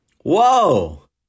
Whoa